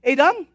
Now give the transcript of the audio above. Adam